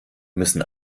müssen